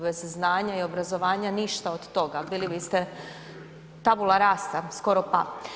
Bez znanja i obrazovanja ništa od toga, bili biste tabula rasa skoro pa.